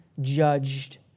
judged